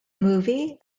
movie